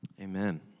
Amen